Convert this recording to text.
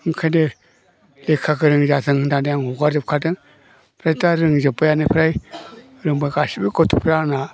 ओंखायनो लेखा गोरों जाथों होननानै आं हगारजोबखादों ओमफ्राय दा रोंजोब्बायानो फ्राय रोंबोगासिनोबो गथ' फ्रा आंना